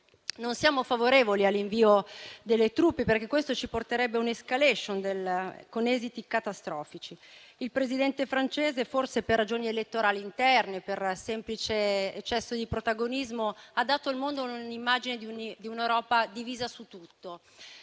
non siamo favorevoli all'invio delle truppe, perché questo ci porterebbe a un'*escalation* del conflitto con esiti catastrofici. Il Presidente francese, forse per ragioni elettorali interne, per semplice eccesso di protagonismo, ha dato al mondo l'immagine di un'Europa divisa su tutto.